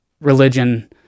religion